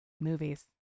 movies